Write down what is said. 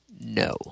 No